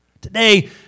Today